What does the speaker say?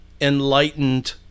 enlightened